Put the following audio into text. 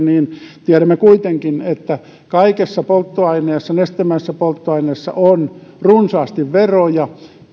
ja tiedämme kuitenkin että kaikessa polttoaineessa nestemäisessä polttoaineessa on runsaasti veroja